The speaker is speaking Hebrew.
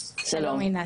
שלום.